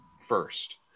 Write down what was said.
first